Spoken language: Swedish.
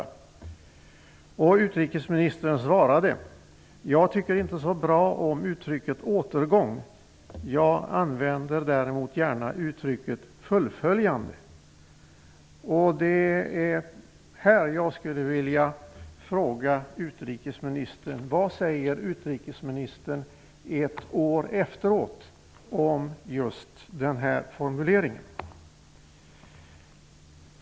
Utrikesministern svarade: Jag tycker inte så bra om uttrycket återgång. Jag använder däremot gärna uttrycket fullföljande. Jag skulle vilja fråga vad utrikesministern ett år efteråt säger om just den här formuleringen.